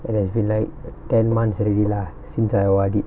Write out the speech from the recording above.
and it's been like ten months already lah since I O_R_D